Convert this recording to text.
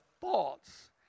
thoughts